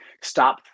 stop